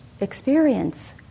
experience